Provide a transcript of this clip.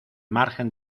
margen